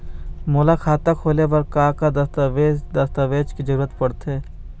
मोला खाता खोले बर का का दस्तावेज दस्तावेज के जरूरत पढ़ते?